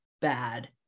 bad